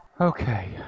okay